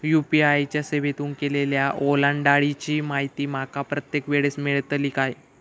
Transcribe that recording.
UPI च्या सेवेतून केलेल्या ओलांडाळीची माहिती माका प्रत्येक वेळेस मेलतळी काय?